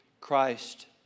Christ